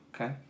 Okay